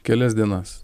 kelias dienas